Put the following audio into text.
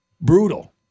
brutal